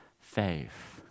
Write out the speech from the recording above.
faith